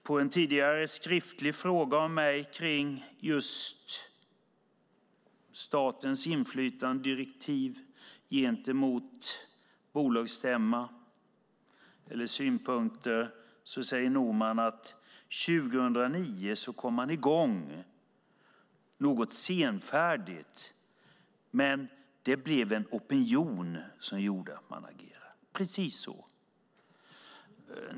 På en tidigare skriftlig fråga av mig om statens inflytande, direktiv och synpunkter till en bolagsstämma, säger Norman att man kom i gång något senfärdigt 2009. Det blev en opinion som gjorde att man agerade - precis så.